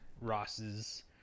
Ross's